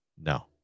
No